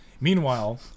Meanwhile